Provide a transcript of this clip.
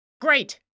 Great